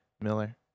miller